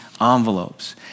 envelopes